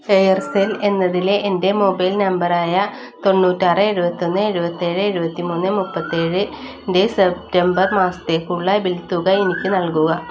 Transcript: Aircel എന്നതിലെ എൻറ്റെ mobile നമ്പറായ തൊണ്ണൂറ്റിയാറ് എഴുപത്തിയൊന്ന് എഴുപത്തിയേഴ് എഴുപത്തിമൂന്ന് മുപ്പത്തിയേഴ് ൻറ്റെ സെപ്റ്റമ്പർ മാസത്തേക്കുള്ള ബിൽത്തുക എനിക്ക് നൽകുക